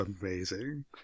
amazing